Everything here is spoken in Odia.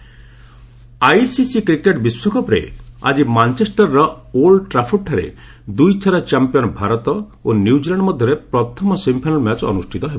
cricket W C ICC cricket ବିଶ୍ୱକପ୍ରେ ଆଜି ମାଞ୍ଚେଷ୍ଟରର ଓଲ୍ଡ ଟ୍ରାଫୋର୍ଡଠାରେ ଦୁଇ ଥର ଚାମ୍ପିୟନ୍ ଭାରତ ଓ ନ୍ୟୁଜିଲ୍ୟାଣ୍ଡ ମଧ୍ୟରେ ପ୍ରଥମ ସେମିଫାଇନାଲ୍ ମ୍ୟାଚ୍ ଅନୁଷ୍ଠିତ ହେବ